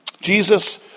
Jesus